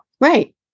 Right